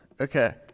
Okay